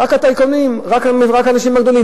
רק הטייקונים, רק האנשים הגדולים.